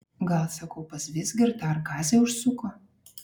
gal sakau pas vizgirdą ar kazį užsuko